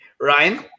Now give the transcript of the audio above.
Ryan